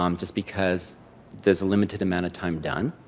um just because there's a limited amount of time done.